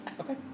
Okay